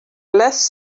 less